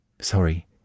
Sorry